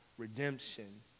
redemption